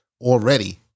already